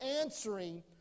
answering